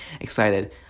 excited